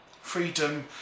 freedom